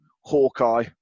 Hawkeye